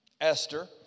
Esther